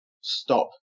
stop